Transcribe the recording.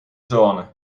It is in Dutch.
zone